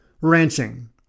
ranching